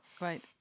Right